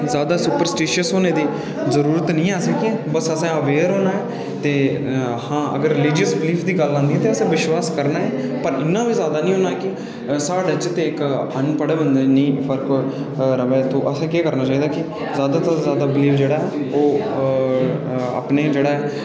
जादा सुपरस्टीशियस होना ठीक निं ऐ बस असें अवेयर होना ऐ ते हां अगर रीलीजियस बिलीफ दी आंदी ते असें विश्वास करना ऐ पर इ'न्ना बी जादा निं होना कि साढ़े च ते अनपढ़ बंदे च फर्क निं होऐ घर आह्ले ते असें केह् करना चाहिदा की जादै तों जादै बिलीव जेह्ड़ा ऐ ओह् अपने जेह्ड़ा ऐ